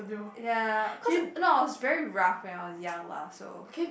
ya cause no I was very rough when I was young lah so